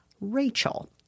Rachel